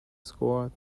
score